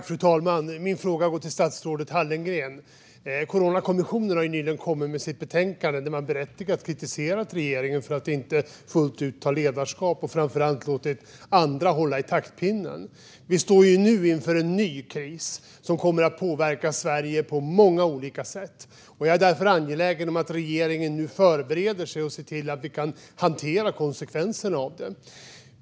Fru talman! Min fråga går till statsrådet Hallengren. Coronakommissionen har ju nyligen kommit med sitt betänkande, där man berättigat kritiserar regeringen för att inte fullt ut ha tagit ledarskap och framför allt för att ha låtit andra hålla i taktpinnen. Vi står nu inför en ny kris som kommer att påverka Sverige på många olika sätt. Jag är därför angelägen om att regeringen nu förbereder sig och ser till att vi kan hantera konsekvenserna av den.